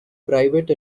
private